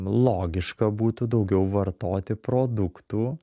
logiška būtų daugiau vartoti produktų